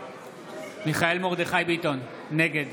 מיכאל מרדכי ביטון, נגד